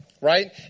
right